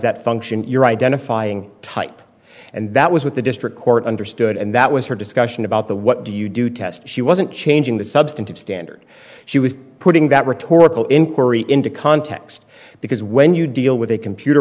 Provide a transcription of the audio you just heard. that function you're identifying type and that was what the district court understood and that was her discussion about the what do you do test she wasn't changing the substantive standard she was putting that rhetorical inquiry into context because when you deal with a computer